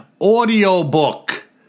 audiobook